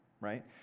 right